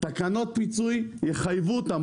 תקנות פיצוי יחייבו אותם.